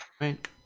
right